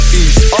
east